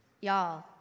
y'all